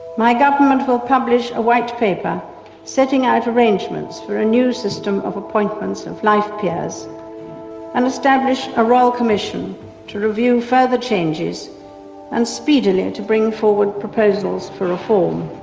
my government will publish a white paper setting out arrangements for a new system of appointments of life peers and establish a royal commission to review further changes and speedily to bring forward proposals for reform.